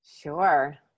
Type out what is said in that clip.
Sure